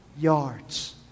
yards